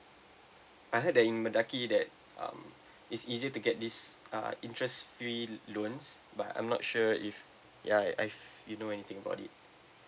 I heard that in mendaki that um is easier to get this err interest free loans but I'm not sure if ya I've you know anything about it